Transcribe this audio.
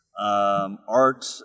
Art